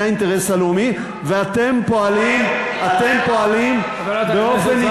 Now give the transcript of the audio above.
זה האינטרס הלאומי, חברת הכנסת זהבה